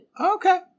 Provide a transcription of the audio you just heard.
Okay